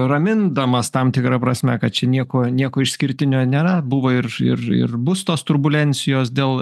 ramindamas tam tikra prasme kad čia nieko nieko išskirtinio nėra buvo ir ir ir bus tos turbulencijos dėl